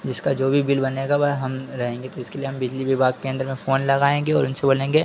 जिसका जो भी बिल बनेगा वह हम रहेंगे तो इसके लिए हमें बिजली विभाग केंद्र में फोन लगाएँगे और उनसे बोलेंगे